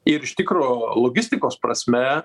ir iš tikro logistikos prasme